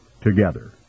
together